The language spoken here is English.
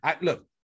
look